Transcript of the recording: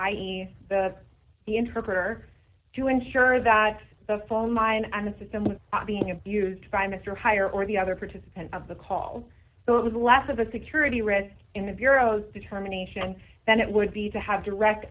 e the interpreter to ensure that the phone line and the system was being abused by mr hire or the other participant of the call so it was less of a security risk in the bureau's determination then it would be to have direct